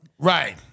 Right